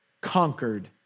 conquered